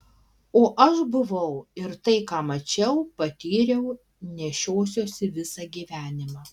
o aš buvau ir tai ką mačiau patyriau nešiosiuosi visą gyvenimą